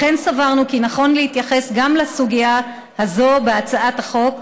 לכן סברנו כי נכון להתייחס גם לסוגיה הזאת בהצעת החוק,